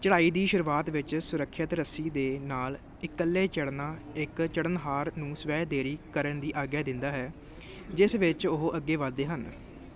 ਚੜ੍ਹਾਈ ਦੀ ਸ਼ੁਰੂਆਤ ਵਿੱਚ ਸੁਰੱਖਿਅਤ ਰੱਸੀ ਦੇ ਨਾਲ ਇਕੱਲੇ ਚੜ੍ਹਨਾ ਇੱਕ ਚੜ੍ਹਨਹਾਰ ਨੂੰ ਸਵੈ ਦੇਰੀ ਕਰਨ ਦੀ ਆਗਿਆ ਦਿੰਦਾ ਹੈ ਜਿਸ ਵਿੱਚ ਉਹ ਅੱਗੇ ਵੱਧਦੇ ਹਨ